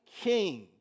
king